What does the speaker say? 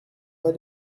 pas